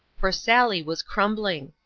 for sally was crumbling.